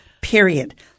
period